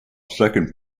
second